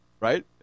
right